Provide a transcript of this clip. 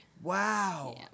Wow